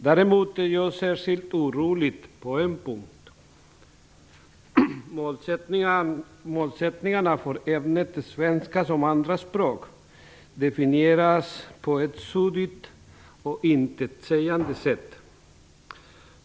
Däremot är jag särskilt orolig på en punkt. Målsättningarna för ämnet svenska som andraspråk definieras på ett suddigt och intetsägande sätt.